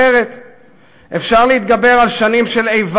אי-אפשר לבנות שלום על בסיס